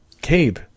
Cabe